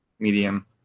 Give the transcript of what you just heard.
medium